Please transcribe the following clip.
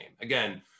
again